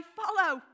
follow